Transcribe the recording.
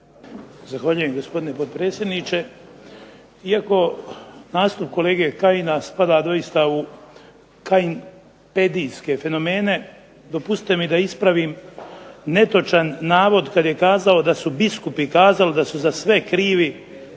Zahvaljujem gospodine potpredsjedniče. Iako nastup kolege Kajina spada doista u kajinpedijske fenomene, dopustite mi da ispravim netočan navod, kad je kazao da su biskupi kazali da su za sve krivi